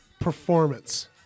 performance